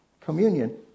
communion